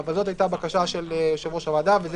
אבל זו הייתה הבקשה של יושב-ראש הוועדה וזה